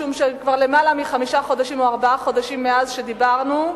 משום שכבר למעלה מחמישה חודשים או ארבעה חודשים מאז דיברנו,